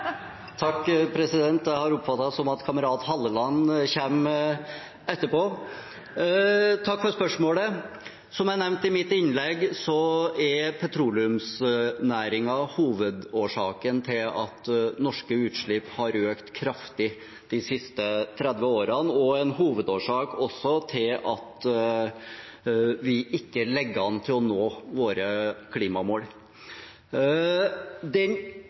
Takk for spørsmålet. Som jeg nevnte i mitt innlegg, er petroleumsnæringen hovedårsaken til at norske utslipp har økt kraftig de siste 30 årene, og også en hovedårsak til at vi ikke ligger an til å nå våre klimamål. Det viktigste enkelttiltaket for å kutte utslipp i petroleumsnæringen har vært CO2-avgiften. Uten den